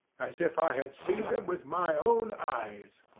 as if i had seen them with my own eyes.